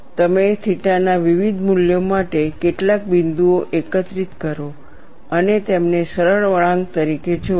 તમે થીટા ના વિવિધ મૂલ્યો માટે કેટલાક બિંદુઓ એકત્રિત કરો અને તેમને સરળ વળાંક તરીકે જોડો